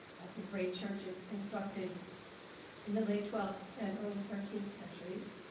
of the great churches constructed in the late twelfth and early thirteenth centuries,